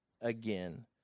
again